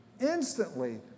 instantly